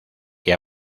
que